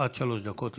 עד שלוש דקות לרשותך.